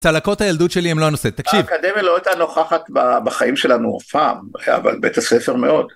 צלקות הילדות שלי הם לא הנושא, תקשיב. האקדמיה לא הייתה נוכחת בחיים שלנו אף פעם, אבל בית הספר מאוד.